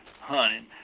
hunting